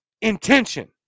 Intention